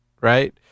right